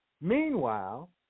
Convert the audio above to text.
Meanwhile